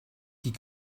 die